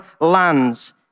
lands